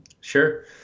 Sure